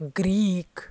greek